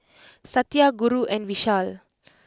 Satya Guru and Vishal